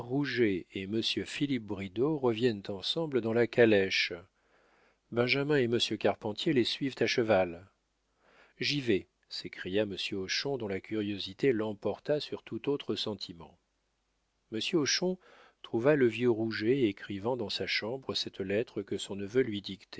et monsieur philippe bridau reviennent ensemble dans la calèche benjamin et monsieur carpentier les suivent à cheval j'y vais s'écria monsieur hochon dont la curiosité l'emporta sur tout autre sentiment monsieur hochon trouva le vieux rouget écrivant dans sa chambre cette lettre que son neveu lui